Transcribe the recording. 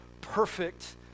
perfect